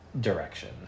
direction